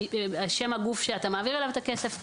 שם הגוף שאתה מעביר אליו את הכסף.